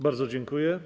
Bardzo dziękuję.